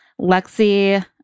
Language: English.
Lexi